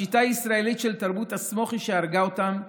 השיטה הישראלית של תרבות ה"סמוך" היא שהרגה אותם,